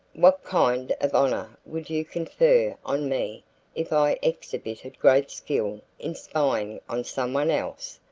what kind of honor would you confer on me if i exhibited great skill in spying on someone else?